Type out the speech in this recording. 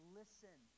listen